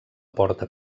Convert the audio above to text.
porta